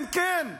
כן, כן,